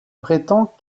prétend